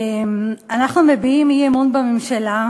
אנחנו מביעים אי-אמון בממשלה,